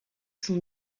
sont